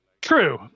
True